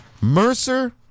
mercer